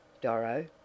Doro